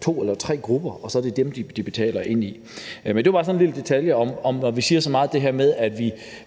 to eller tre grupper, og så er det dem, de betaler efter. Men det er bare sådan en lille detalje i forhold til det der med, at